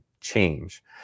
change